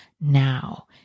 now